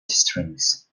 strings